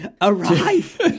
arrive